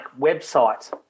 website